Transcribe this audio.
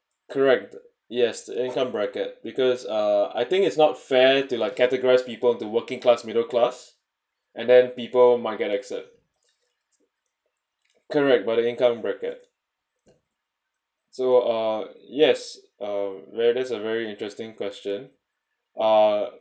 correct yes the income bracket because uh I think it's not fair to like categorize people to working class middle class and then people might get upset correct by the income bracket so uh yes uh where it is a very interesting question uh